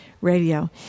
Radio